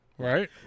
Right